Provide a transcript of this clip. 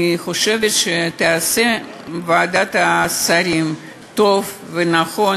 אני חושבת שתעשה ועדת השרים טוב ונכון